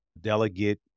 delegate